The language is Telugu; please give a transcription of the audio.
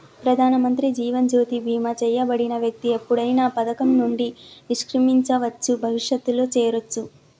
ప్రధానమంత్రి జీవన్ జ్యోతి బీమా చేయబడిన వ్యక్తి ఎప్పుడైనా పథకం నుండి నిష్క్రమించవచ్చు, భవిష్యత్తులో చేరొచ్చు